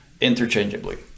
interchangeably